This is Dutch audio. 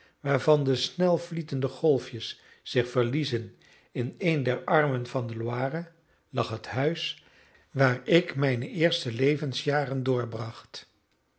waarvan de snelvlietende golfjes zich verliezen in een der armen van de loire lag het huis waar ik mijne eerste levensjaren doorbracht